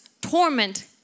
torment